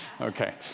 Okay